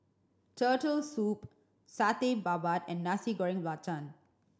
Turtle Soup Satay Babat and Nasi Goreng Belacan